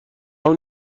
اون